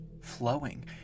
flowing